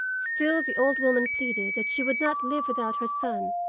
still the old woman pleaded that she could not live without her son,